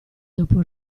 dopo